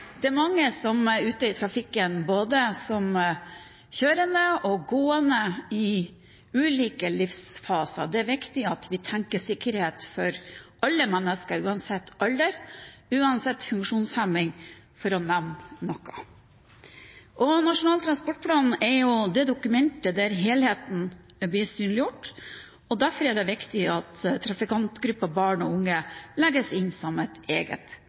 Det er mange som er ute i trafikken, både som kjørende og som gående – i ulike livsfaser. Det er viktig at vi tenker sikkerhet for alle mennesker uansett alder, uansett funksjonshemning – for å nevne noe. Nasjonal transportplan er det dokumentet der helheten blir synliggjort. Derfor er det viktig at trafikantgruppen barn og unge legges inn som et eget